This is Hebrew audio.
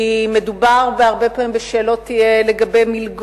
כי מדובר הרבה פעמים בשאלות של מלגות,